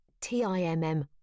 T-I-M-M